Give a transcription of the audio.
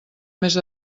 més